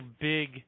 big –